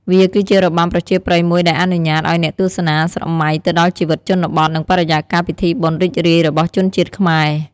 វាគឺជារបាំប្រជាប្រិយមួយដែលអនុញ្ញាតឲ្យអ្នកទស្សនាស្រមៃទៅដល់ជីវិតជនបទ និងបរិយាកាសពិធីបុណ្យរីករាយរបស់ជនជាតិខ្មែរ។